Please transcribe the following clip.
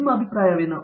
ನಿಮ್ಮ ಅಭಿಪ್ರಾಯವೇನು